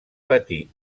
patir